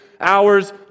hours